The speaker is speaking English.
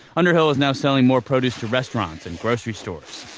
underhill is now selling more produce to restaurants and grocery stores.